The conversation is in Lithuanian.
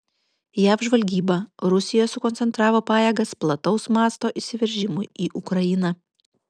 jav žvalgyba rusija sukoncentravo pajėgas plataus mąsto įsiveržimui į ukrainą